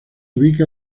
ubica